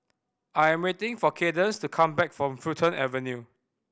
I'm waiting for Cadence to come back from Fulton Avenue